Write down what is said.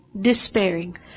Despairing